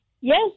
Yes